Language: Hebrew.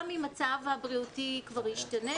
גם אם המצב הבריאותי ישתנה,